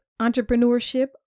entrepreneurship